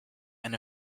and